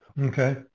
Okay